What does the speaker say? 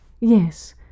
Yes